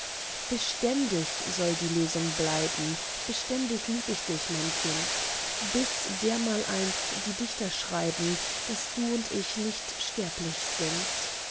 beständig soll die losung bleiben beständig lieb ich dich mein kind bis dermaleinst die dichter schreiben daß du und ich nicht sterblich sind